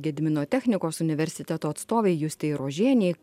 gedimino technikos universiteto atstovei justei rožienei